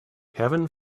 heaven